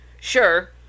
Sure